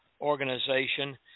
Organization